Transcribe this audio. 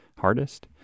hardest